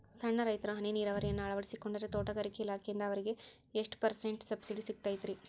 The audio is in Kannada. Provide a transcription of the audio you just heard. ಸಣ್ಣ ರೈತರು ಹನಿ ನೇರಾವರಿಯನ್ನ ಅಳವಡಿಸಿಕೊಂಡರೆ ತೋಟಗಾರಿಕೆ ಇಲಾಖೆಯಿಂದ ಅವರಿಗೆ ಎಷ್ಟು ಪರ್ಸೆಂಟ್ ಸಬ್ಸಿಡಿ ಸಿಗುತ್ತೈತರೇ?